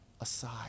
aside